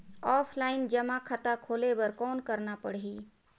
Offline जमा खाता खोले बर कौन करना पड़ही?